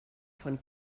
von